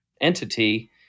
entity